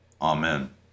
Amen